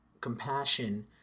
compassion